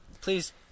please